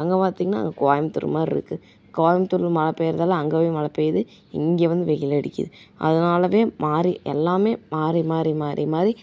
அங்கே பார்த்திங்கனா அது கோயமுத்தூர் மாரி இருக்குது கோயபுத்தூர்ல மழை பெய்யுறதெல்லாம் அங்கேயும் மழை பெய்யுது இங்கே வந்து வெயிலடிக்குது அதனால மாறி எல்லாம் மாறிமாறி மாறிமாறி